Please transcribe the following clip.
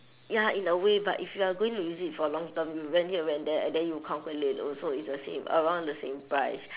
ya in a way but if you are going to use it for a long term you rent here rent there and then you calculate also it's the same around the same price